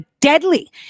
deadly